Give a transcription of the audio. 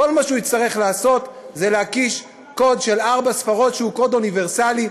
כל מה שהוא יצטרך לעשות זה להקיש קוד של ארבע ספרות שהוא קוד אוניברסלי,